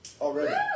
already